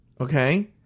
Okay